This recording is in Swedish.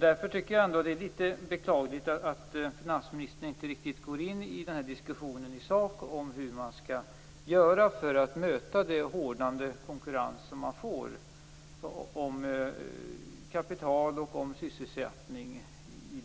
Därför är det litet beklagligt att finansministern inte går in i diskussionen i sak om hur man skall göra för att möta den hårdnande konkurrensen om kapital och sysselsättning. Blir